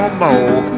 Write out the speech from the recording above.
more